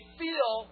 feel